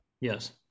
Yes